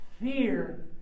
fear